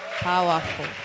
Powerful